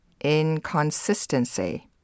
inconsistency